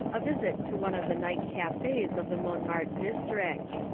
a visit to one of the night cafes of the montmartre district.